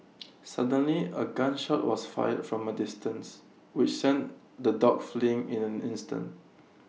suddenly A gun shot was fired from A distance which sent the dogs fleeing in an instant